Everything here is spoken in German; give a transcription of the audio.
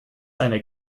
eine